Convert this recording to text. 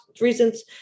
reasons